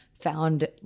found